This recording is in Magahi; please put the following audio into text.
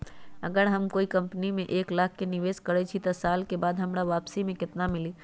अगर हम कोई कंपनी में एक लाख के निवेस करईछी त एक साल बाद हमरा वापसी में केतना मिली?